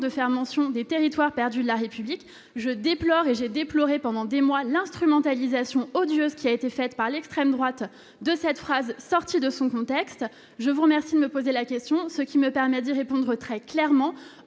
aucunement mention des territoires perdus de la République. Je déplore, et j'ai déploré pendant des mois, l'instrumentalisation odieuse qui a été faite par l'extrême droite de cette phrase sortie de son contexte. Je vous remercie donc, une nouvelle fois, de m'avoir posé cette question, qui me permet de répondre très clairement